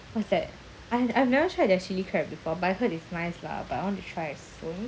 what's that I I've never tried their chilli crab before but I heard it's nice lah but I want to try it soon